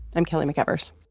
i'm kelly mcevers